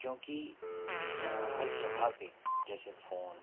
क्योंकि हर जगह पे जैसे फोन